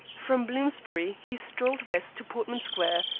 from bloomsbury he strolled west to portman square,